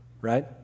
right